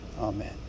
Amen